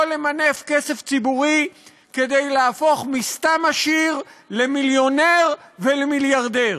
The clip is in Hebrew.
יכול למנף כסף ציבורי כדי להפוך מסתם עשיר למיליונר ולמיליארדר.